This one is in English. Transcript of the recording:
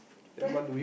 to press